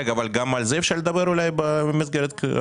רגע, אבל גם על זה אפשר לדבר אולי במסגרת ההכנה?